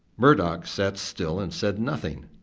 murdoch sat still and said nothing.